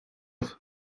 inniu